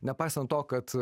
nepaisant to kad